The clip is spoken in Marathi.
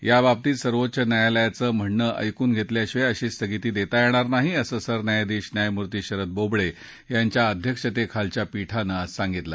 याबाबतीत सर्वोच्च न्यायालयाचं म्हणणं ऐकून घेतल्याशिवाय अशी स्थगिती देता येणार नाही असं सरन्यायाधीश न्यायमूर्ती शरद बोबडे यांच्या अध्यक्षतेखालच्या पीठानं आज सांगितलं